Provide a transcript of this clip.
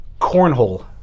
Cornhole